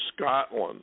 Scotland